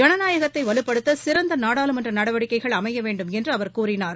ஜனநாயகத்தை வலுப்படுத்த சிறந்த நாடாளுமன்ற நடவடிக்கைகள் அமைய வேண்டும் என்று அவர் கூறினார்